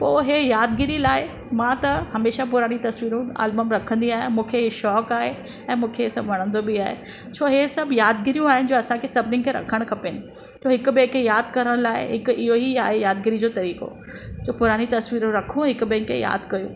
पोइ हे यादिगिरी लाइ मां त हमेशा पुराणी तस्वीरूं अल्बम रखंदी आहियां मूंखे ई शौंक़ु आहे ऐं मूंखे हे सभु वणंदो बि आहे छो हे सभु यादिगिरियूं जो सभिनिनि खे रखणु खपनि हिकु ॿिए खे यादि करणु लाइ हिकु इहो ई आहे यादिगिरी जो तरीक़ो की पुराणी तस्वीरूं रखूं हिकु ॿिए खे यादि कयूं